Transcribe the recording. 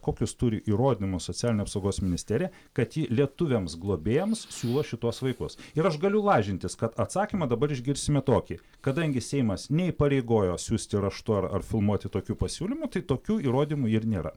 kokius turi įrodymus socialinė apsaugos ministerija kad ji lietuviams globėjams siūlo šituos vaikus ir aš galiu lažintis kad atsakymą dabar išgirsime tokį kadangi seimas neįpareigojo siųsti raštu ar ar filmuoti tokių pasiūlymų tai tokių įrodymų ir nėra